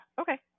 Okay